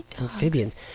amphibians